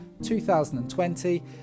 2020